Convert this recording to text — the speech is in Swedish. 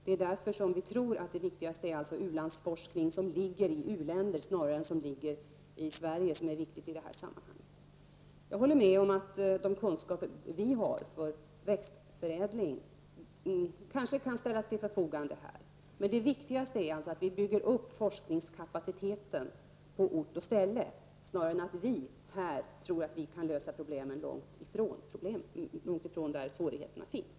Det är därför som vi tror att det viktigaste är att utveckla forskning i u-länderna snarare än en forskning i Sverige. Jag håller med om att den forskning som vi har för växtförädling kanske kan ställas till förfogande här. Men det viktigaste är alltså att vi bygger upp forskningskapaciteten på ort och ställe snarare än att vi tror att vi här kan lösa problemen, långt ifrån där svårigheterna finns.